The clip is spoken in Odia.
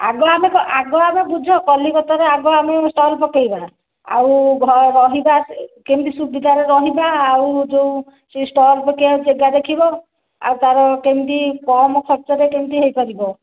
ଆଗ ଆମ ଆଗ ଆମ ବୁଝ କଲିକତା ରେ ଆଗ ଆମେ ଷ୍ଟଲ ପକେଇବା ଆଉ ରହିବା କେମିତି ସୁବିଧାରେ ରହିବା ଆଉ ଯୋଉ ଷ୍ଟଲ ପକେଇବାକୁ ଯାଗା ଦେଖିବ ଆଉ ତାର କେମିତି କମ ଖର୍ଚ୍ଚ ରେ କେମିତି ହେଇପାରିବ